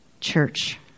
church